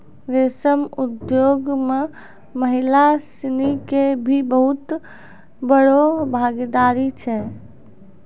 रेशम उद्योग मॅ महिला सिनि के भी बहुत बड़ो भागीदारी छै